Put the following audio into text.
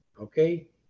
okay